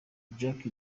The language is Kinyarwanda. jack